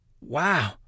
wow